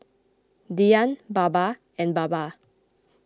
Dhyan Baba and Baba